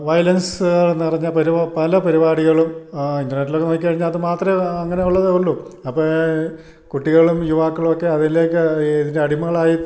വയലൻസുകളെന്നു പറഞ്ഞാൽ പല പരിപാടികളും ഇൻറ്റർനെറ്റിലൊക്കെ നോക്കി കഴിഞ്ഞാൽ അത് മാത്രമേ അങ്ങനെയുള്ളതേ ഉള്ളു അപ്പം കുട്ടികളും യുവാക്കളുമൊക്കെ അതിലേക്ക് ഇതിൻ്റെ അടിമകളായി